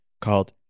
called